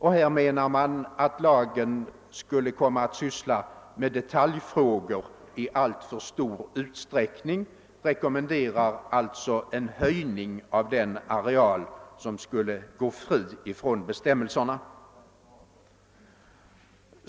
Här menar man att lagen skulle komma att syssla med detaljärenden i alltför stor utsträckning och rekommenderar alltså en ökning av den yta som skulle gå fri från bestämmelserna.